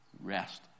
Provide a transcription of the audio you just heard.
rest